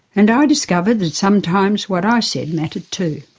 and i discovered that sometimes what i said mattered too.